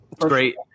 great